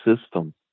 system